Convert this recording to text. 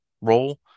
role